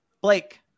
Blake